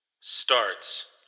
starts